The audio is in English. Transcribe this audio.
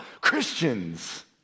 Christians